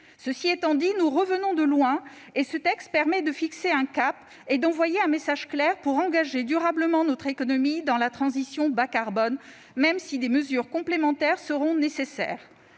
Cela étant, nous revenons de loin, et ce texte permet de fixer un cap et d'envoyer un message clair pour engager durablement notre économie dans la transition bas-carbone, même si des mesures complémentaires seront nécessaires.